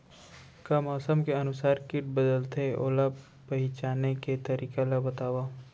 का मौसम के अनुसार किट बदलथे, ओला पहिचाने के तरीका ला बतावव?